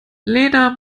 lena